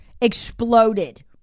exploded